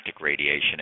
radiation